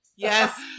yes